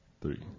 three